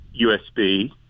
USB